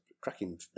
cracking